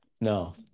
No